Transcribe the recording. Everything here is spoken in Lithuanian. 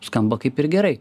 skamba kaip ir gerai